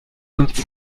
uns